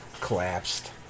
collapsed